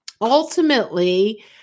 ultimately